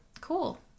Cool